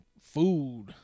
food